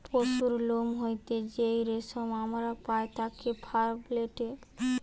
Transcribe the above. পশুর লোম হইতে যেই রেশম আমরা পাই তাকে ফার বলেটে